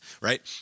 Right